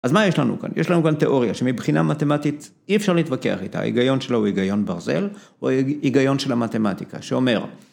‫אז מה יש לנו כאן? יש לנו כאן תיאוריה ‫שמבחינה מתמטית אי אפשר להתווכח איתה. ‫ההיגיון שלה הוא היגיון ברזל ‫או היגיון של המתמטיקה, שאומר...